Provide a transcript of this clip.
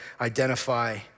identify